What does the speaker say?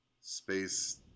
space